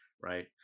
right